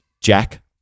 Jack